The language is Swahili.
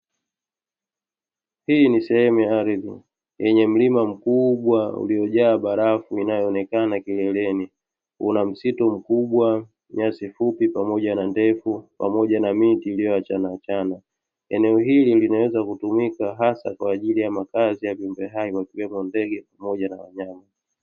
Hii ni sehemu ya ardhi, yenye mlima mkubwaa uliojaa barafu inayoonekana kileleni, una msitu mkubwa nyasi fupi pamoja na ndefu, pamoja na miti iliyoachana achana. Eneo hili limeweza kutumika hasa kwa ajili ya makazi ya viumbe hai wakiwemo ndege pamoja na wanyama.